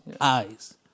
Eyes